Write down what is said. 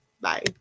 Bye